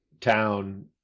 Town